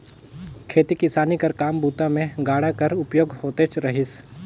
खेती किसानी कर काम बूता मे गाड़ा कर उपयोग होतेच रहिस